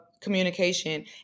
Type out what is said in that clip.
communication